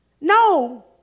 No